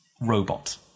robot